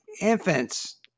infants